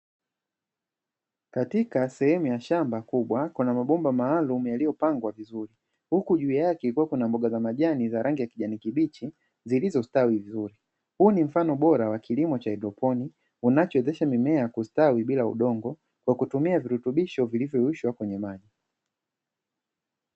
Katika sehemu ya shamba kubwa kuna mabomba maalumu yaliyopangwa vizuri, huku juu yake kukiwa na mboga za majani za rangi ya kijani kibichi zilizostawi vizuri. Huu ni mfano bora wa kilimo cha haidroponi unachowezesha mimea kustawi bila udongo kwa kutumia virutubisho vilivyoyeyushwa kwenye maji.